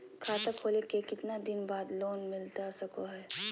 खाता खोले के कितना दिन बाद लोन मिलता सको है?